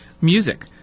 music